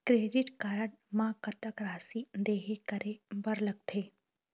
Credit card म कतक राशि देहे करे बर लगथे?